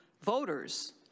voters